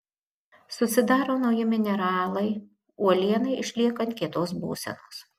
susidaro nauji mineralai uolienai išliekant kietos būsenos